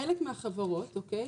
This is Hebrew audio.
חלק מחברות, אוקיי?